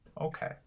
Okay